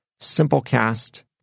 Simplecast